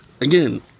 Again